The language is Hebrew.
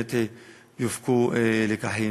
שבאמת יופקו לקחים.